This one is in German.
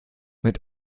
mit